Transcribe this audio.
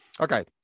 Okay